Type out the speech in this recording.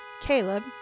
Caleb